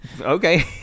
Okay